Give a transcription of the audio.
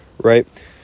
right